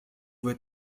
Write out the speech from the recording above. vas